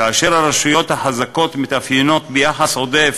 כאשר הרשויות החזקות מתאפיינות ביחס עודף